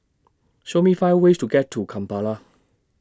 Show Me five ways to get to Kampala